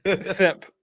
Simp